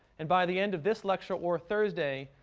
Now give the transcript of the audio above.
and by the end of this lecture, or thursday,